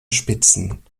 spitzen